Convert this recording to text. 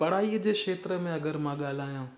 पढ़ाईअ जे खेत्र में अगरि मां ॻाल्हायां